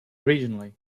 regionally